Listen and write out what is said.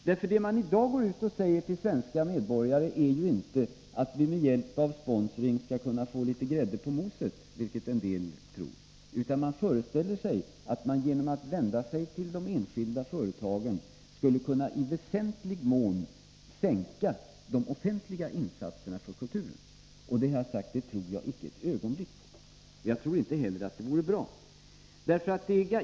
Det som man i dag går ut och säger till svenska medborgare är ju inte att vi med hjälp av sponsring skall kunna få litet grädde 29 iekonomiska åtstramningstider på moset, vilket en'del tror, utan man föreställer sig att man genom att vända sig till enskilda företag i väsentlig mån skall kunna minska de offentliga insatserna för kulturen — och det tror jag icke ett ögonblick på, och jag tror inte heller att det vore bra.